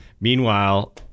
Meanwhile